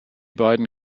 beiden